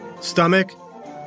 stomach